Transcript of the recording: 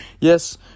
Yes